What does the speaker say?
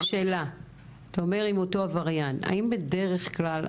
שאלה לגבי אותו עבריין: האם בדרך כלל,